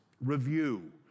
Review